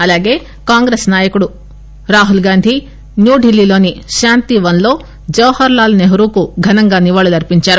అలాగే కాంగ్రెస్ నాయకుడు రాహుల్ గాంధీ న్యూఢిల్లీలోని శాంతివస్ లో జవహర్లాల్ నెహ్రూకు ఘనంగా నివాళులర్పించారు